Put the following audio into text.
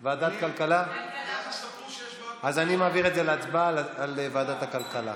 אז אני מעביר את זה להצבעה, לוועדת הכלכלה.